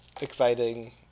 exciting